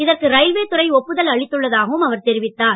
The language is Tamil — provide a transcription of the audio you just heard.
இதற்கு ரயில்வே துறை ஒப்புதல் அளித்துள்ளதாகவும் அவர் தெரிவித்தார்